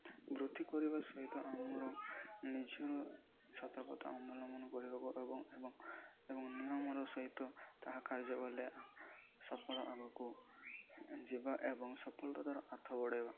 ବୃତ୍ତି କରିବା ସହିତ ଆମର ନିଜର ସତର୍କତା ଅବଲମ୍ବନ କରିବାକୁ ହେବ ଏବଂ ଏବଂ ନିୟମର ସହିତ ତାହା କାର୍ଯ୍ୟ କଲେ ସଫଳ ଆଗକୁ ଯିବା ଏବଂ ସଫଳର ତା'ର ହାତ ବଢ଼ାଇବା